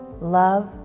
Love